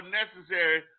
necessary